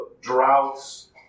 droughts